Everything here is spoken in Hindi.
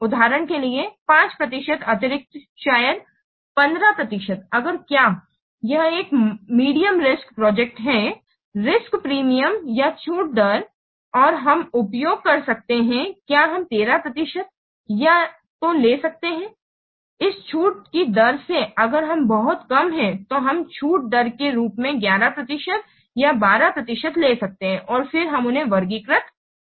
उदाहरण के लिए 5 प्रतिशत अतिरिक्त शायद 15 प्रतिशत अगर क्या यह एक मध्यम रिस्क प्रोजेक्ट है रिस्क प्रीमियम या छूट दर और हम उपयोग कर सकते हैं क्या हम 13 प्रतिशत या तो ले सकते हैं इस छूट की दर से अगर यह बहुत कम है तो हम छूट दर के रूप में 11 प्रतिशत या 12 प्रतिशत ले सकते हैं और फिर हम उन्हें वर्गीकृत कर सकते हैं